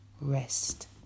rest